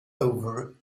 over